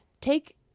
take